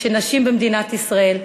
של נשים במדינת ישראל,